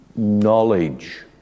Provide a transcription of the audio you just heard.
knowledge